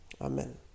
Amen